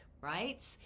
right